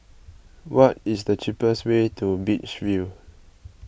what is the cheapest way to Beach View